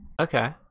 Okay